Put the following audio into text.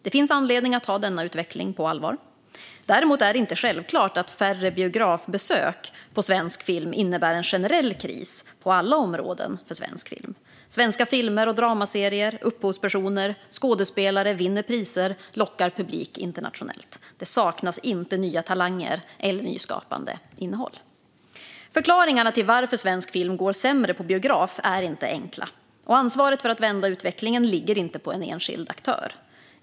Det finns anledning att ta denna utveckling på allvar. Däremot är det inte självklart att färre biografbesök på svensk film innebär en generell kris på alla områden för svensk film. Svenska filmer och dramaserier, upphovspersoner och skådespelare vinner priser och lockar publik internationellt. Det saknas inte nya talanger eller nyskapande innehåll. Förklaringarna till att svensk film går sämre på biograf är inte enkla, och ansvaret för att vända utvecklingen ligger inte på en enskild aktör.